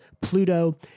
Pluto